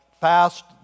fast